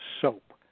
soap